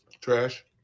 Trash